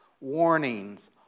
warnings